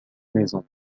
maisons